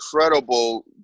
incredible